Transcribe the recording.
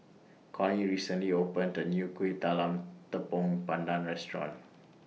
Connie recently opened The New Kuih Talam Tepong Pandan Restaurant